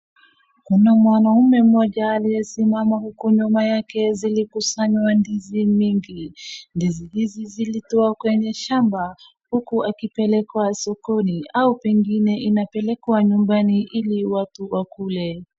Kuna mwanaume mmoja aliyesimama huku nyuma yake zilikusanywa ndizi mingi, ndizi hizi zilitoa kwenye shamba huku zikipelekwa sokoni au pengine inapelekwa nyumbani ili watu wakule.